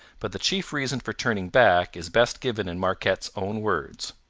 but the chief reason for turning back is best given in marquette's own words